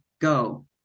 go